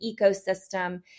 ecosystem